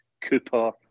Cooper